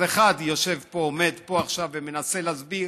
אז אחד יושב פה, ועומד פה עכשיו ומנסה להסביר